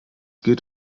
geht